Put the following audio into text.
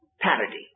parody